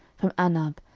from anab,